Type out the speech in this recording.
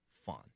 fun